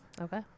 Okay